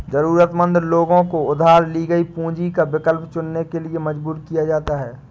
जरूरतमंद लोगों को उधार ली गई पूंजी का विकल्प चुनने के लिए मजबूर किया जाता है